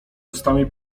ustami